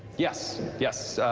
yes, yes.